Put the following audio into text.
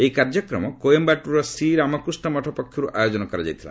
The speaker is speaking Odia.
ଏହି କାର୍ଯ୍ୟକ୍ରମ କୋଏୟାଟୁରର ଶ୍ରୀରାମକୃଷ୍ଣ ମଠ ପକ୍ଷରୁ ଆୟୋଜନ କରାଯାଇଥିଲା